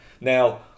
Now